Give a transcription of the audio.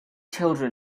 children